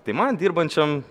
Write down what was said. tai man dirbančiam